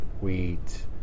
wheat